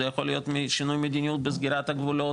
זה יכול להיות משינוי מדיניות בסגירת הגבולות,